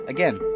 Again